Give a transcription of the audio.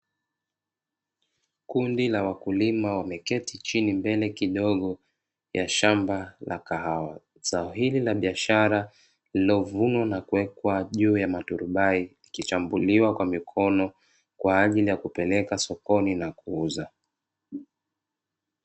Kundi la wakulima wameketi chini mbele kidogo ya shamba la kahawa, zao hili la biashara lililovunwa na kuwekwa juu ya matrubai likichambuliwa kwa mikono kwa ajili ya kupeleka sokoni na kuuza.